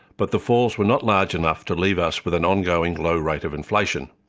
but the falls were not large enough to leave us with an ongoing low rate of inflation.